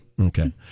okay